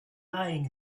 lying